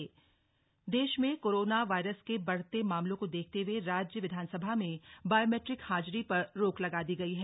रोक देश में कोरोना वायरस के बढते मामलों को देखते हुए राज्य विधानसभा में बायोमेट्रिक हाजिरी पर रोक लगा दी गई है